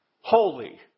holy